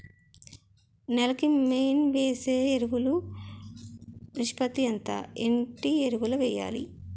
నేల కి మెయిన్ వేసే ఎరువులు నిష్పత్తి ఎంత? ఏంటి ఎరువుల వేయాలి?